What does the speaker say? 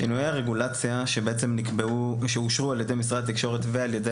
שינויי הרגולציה שאושרו על ידי משרד התקשורת ועל ידי